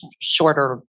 shorter